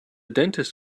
dentist